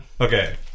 Okay